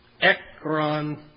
Ekron